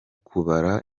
kubara